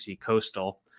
coastal